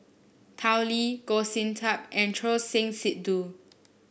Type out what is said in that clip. Tao Li Goh Sin Tub and Choor Singh Sidhu